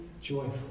joyful